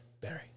Barry